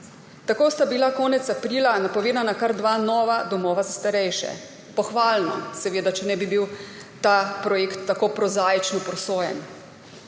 Tako sta bila konec aprila napovedana kar dva nova domova za starejše. Pohvalno, seveda če ne bi bil ta projekt tako prozaično prosojen.